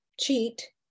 cheat